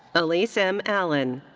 elise m. allen.